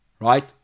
Right